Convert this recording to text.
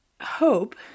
hope